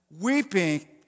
weeping